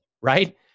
Right